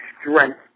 strength